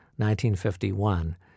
1951